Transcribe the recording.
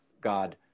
God